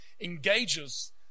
engages